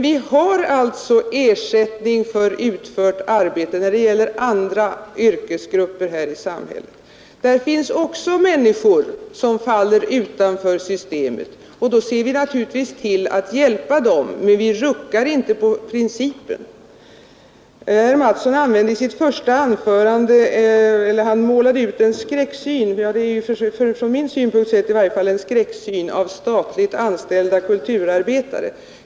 Vi följer alltså principen om ersättning för utfört arbete när det gäller andra yrkesgrupper här i samhället. Där finns det också människor som faller utanför systemet. Då ser vi naturligtvis till att hjälpa dem, men vi ruckar inte på principen. Herr Mattsson målade i sitt första anförande upp en skräckbild — i varje fall ser jag det så — av statliga kulturarbetare.